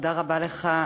תודה רבה לך,